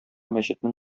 мәчетнең